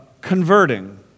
converting